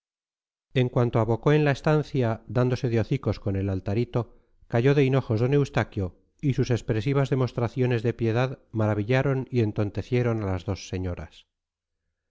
en cuanto abocó en la estancia dándose de hocicos con el altarito cayó de hinojos d eustaquio y sus expresivas demostraciones de piedad maravillaron y entontecieron a las dos señoras